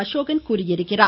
அசோகன் தெரிவித்துள்ளார்